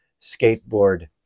skateboard